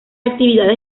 actividades